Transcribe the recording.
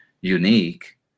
unique